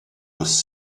was